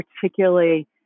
particularly